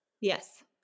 Yes